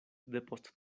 depost